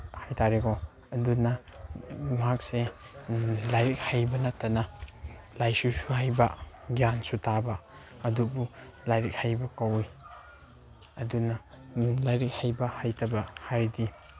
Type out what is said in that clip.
ꯍꯥꯏ ꯇꯥꯔꯦꯀꯣ ꯑꯗꯨꯅ ꯃꯍꯥꯛꯁꯦ ꯂꯥꯏꯔꯤꯛ ꯍꯩꯕꯅ ꯅꯠꯇꯅ ꯂꯥꯏꯁꯨꯁꯨ ꯍꯩꯕ ꯒ꯭ꯌꯥꯟꯁꯨ ꯇꯥꯕ ꯑꯗꯨꯕꯨ ꯂꯥꯏꯔꯤꯛ ꯍꯩꯕ ꯀꯧꯋꯤ ꯑꯗꯨꯅ ꯂꯥꯏꯔꯤꯛ ꯍꯩꯕ ꯍꯩꯇꯕ ꯍꯥꯏꯗꯤ